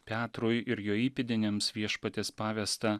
petrui ir jo įpėdiniams viešpaties pavesta